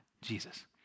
Jesus